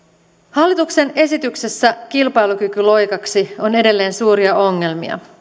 hallituksen esityksessä kilpailukykyloikaksi on edelleen suuria ongelmia